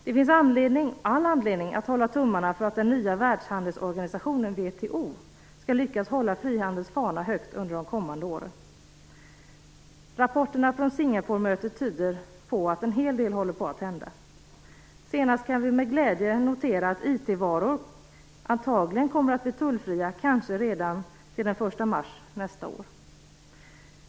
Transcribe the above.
Det finns all anledning att hålla tummarna för att den nya världshandelsorganisationen VHO skall lyckas hålla frihandelns fana högt under kommande åren. Rapporterna från Singaporemötet tyder på att en hel del håller på att hända. Senast kunde vi med glädje notera att IT-varor antagligen kommer att bli tullfria, kanske redan till den 1 mars nästa år.